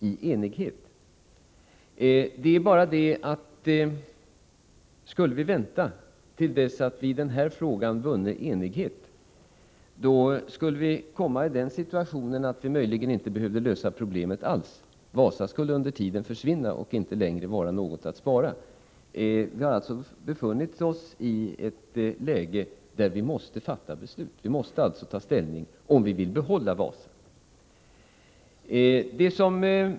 Men skulle vi vänta till dess att vi i denna fråga vunne enighet, skulle vi komma i den situationen att vi möjligen inte behövde lösa problemet alls — Wasa skulle under tiden försvinna, inte längre vara något att spara. Vi har alltså befunnit oss i ett läge där vi måste ta ställning och fatta beslut — om vi vill behålla Wasa.